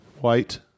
White